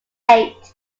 eight